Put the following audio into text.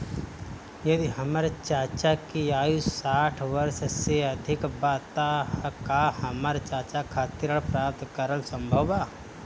यदि हमर चाचा की आयु साठ वर्ष से अधिक बा त का हमर चाचा खातिर ऋण प्राप्त करल संभव बा